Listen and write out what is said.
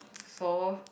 so